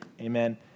amen